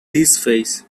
face